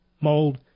mold